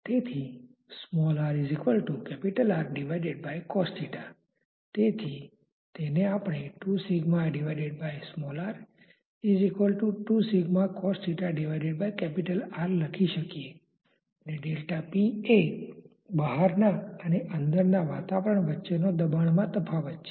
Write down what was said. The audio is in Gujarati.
તો ચાલો આપણે કહીએ કે આપણે આ કાળી લીટી પસંદ કરીએ છીએ તે બાઉન્ડ્રી લેયરની ધાર છે